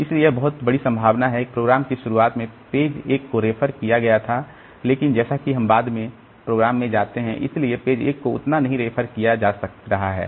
इसलिए यह बहुत बड़ी संभावना है कि प्रोग्राम की शुरुआत में पेज 1 को रेफर किया गया था लेकिन जैसा कि हम बाद में प्रोग्राम में जाते हैं इसलिए पेज 1 को उतना नहीं रेफर किया जा रहा है